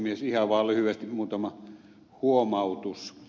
ihan vaan lyhyesti muutama huomautus